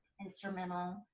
instrumental